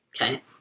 Okay